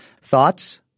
Thoughts